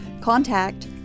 contact